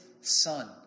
son